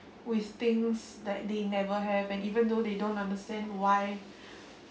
with things that they never have and even though they don't understand why